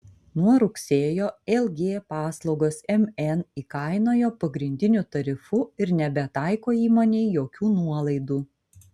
nuo rugsėjo lg paslaugas mn įkainojo pagrindiniu tarifu ir nebetaiko įmonei jokių nuolaidų